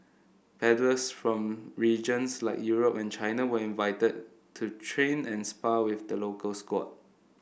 paddlers from regions like Europe and China were invited to train and spar with the local squad